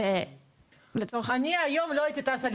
וזה נושא נפרד